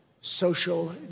social